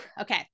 okay